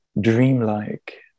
dreamlike